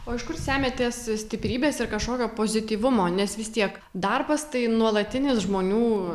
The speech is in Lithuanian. o iš kur semiatės stiprybės ir kažkokio pozityvumo nes vis tiek darbas tai nuolatinis žmonių